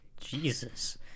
Jesus